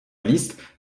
liste